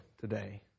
today